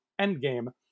Endgame